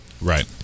Right